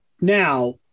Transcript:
now